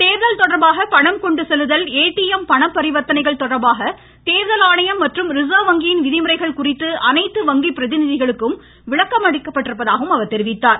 தேர்தல் தொடர்பாக பணம் கொண்டு செல்லுதல் எடிஎம் பணப்பரிவர்த்தனைகள் தொடர்பான தேர்தல் ஆணையம் மற்றும் ரிசர்வ் வங்கியின் விதிமுறைகள் அனைத்து வங்கி பிரதிநிதிகளுக்கு விளக்கமளிக்கப்பட்டிருப்பதாக கூறினார்